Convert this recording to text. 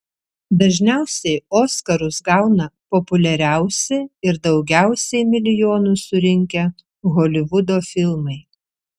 dažniausiai oskarus gauna populiariausi ir daugiausiai milijonų surinkę holivudo filmai